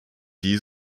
die